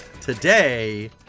Today